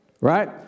right